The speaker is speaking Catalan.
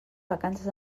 vacances